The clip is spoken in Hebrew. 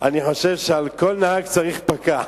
אני חושב שעל כל נהג צריך פקח.